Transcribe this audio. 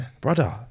Brother